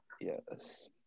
Yes